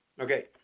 Okay